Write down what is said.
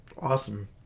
Awesome